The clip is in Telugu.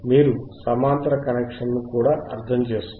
మీరు సమాంతర కనెక్షన్ ను కూడా అర్థం చేసుకోవాలి